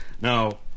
Now